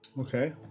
Okay